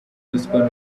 ruswa